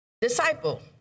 Disciple